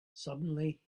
suddenly